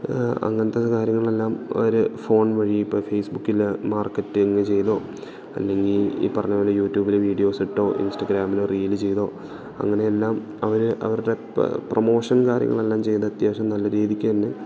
അങ്ങനെത്തെ കാര്യങ്ങളെല്ലാം അവർ ഫോൺ വഴി ഇപ്പം ഫേസ്ബുക്കില് മാർക്കറ്റിങ്ങ് ചെയ്തോ അല്ലെങ്കിൽ ഈ പറഞ്ഞപോലെ യൂട്യൂബിൽ വീഡിയോസ് ഇട്ടോ ഇൻസ്റ്റാഗ്രാമിലോ റീല് ചെയ്തോ അങ്ങനെയെല്ലാം അവർ അവരുടെ പ്രമോഷൻ കാര്യങ്ങളെല്ലാം ചെയ്ത് അത് അത്യാവിശ്യം നല്ല രീതിക്കുതന്നെ